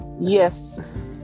yes